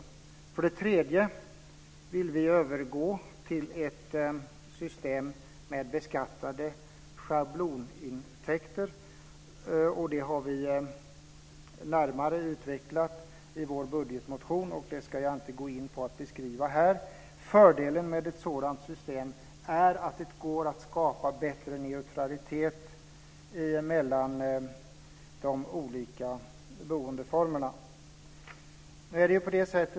Vi vill för det tredje övergå till ett system med beskattade schablonintäkter. Det har vi närmare utvecklat i vår budgetmotion, och jag ska inte beskriva det här. Fördelen med ett sådant system är att det går att skapa bättre neutralitet mellan de olika boendeformerna.